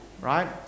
right